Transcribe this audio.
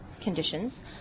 conditions